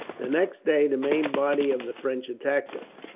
the next day the main body of the french attacked us,